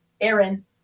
Aaron